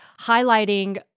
highlighting